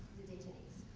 detainees,